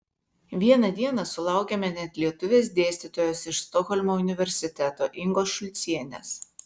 vieną dieną sulaukėme net lietuvės dėstytojos iš stokholmo universiteto ingos šulcienės